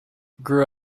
grew